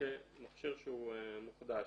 כמכשיר שהוא מוחדש,